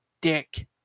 dick